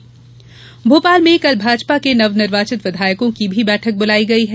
भाजपा बैठक भोपाल में कल भाजपा के नवनिर्वाचित विधायकों की भी बैठक बुलाई गई है